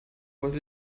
wollte